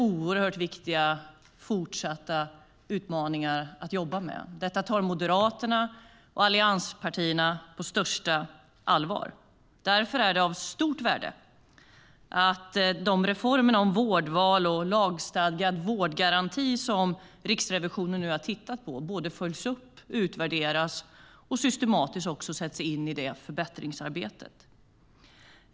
Detta tar Moderaterna och allianspartierna på största allvar. Därför är det av stort värde att de reformer om vårdval och lagstadgad vårdgaranti som Riksrevisionen har tittat på följs upp och utvärderas och att resultatet systematiskt sätts in i förbättringsarbetet.